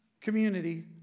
community